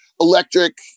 electric